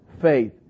faith